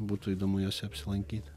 būtų įdomu juose apsilankyti